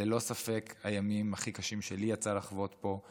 אלה ללא ספק הימים הכי קשים שלי יצא לחוות פה.